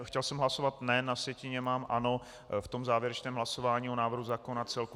Chtěl jsem hlasovat ne, na sjetině mám ano v tom závěrečném hlasování o návrhu zákona jako celku.